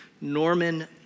Norman